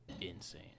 insane